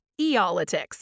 eolitics